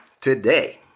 today